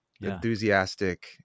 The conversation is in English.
enthusiastic